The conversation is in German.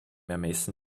ermessen